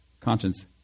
conscience